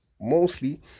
mostly